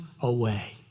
away